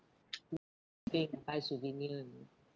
buy souvenir you know